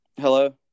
Hello